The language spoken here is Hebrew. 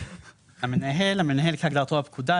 "המנהל" המנהל כהגדרתו בפקודה,